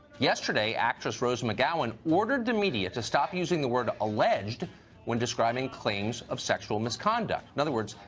yesterday, actress rose mcgowen ordered the media to stop using the word alleged when discussing claims of sexual misconduct. in other words,